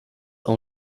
auch